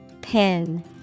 Pin